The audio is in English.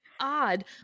odd